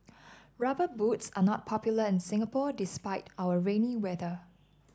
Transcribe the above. rubber boots are not popular in Singapore despite our rainy weather